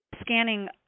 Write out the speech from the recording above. scanning